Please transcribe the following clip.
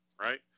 right